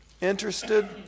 interested